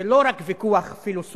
זה לא רק ויכוח פילוסופי-אקדמי.